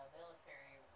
military